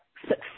success